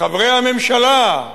חברי הממשלה,